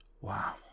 wow